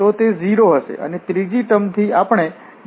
તો તે 0 હશે અને ત્રીજી ટર્મ થી આપણે dhdz મેળવીશું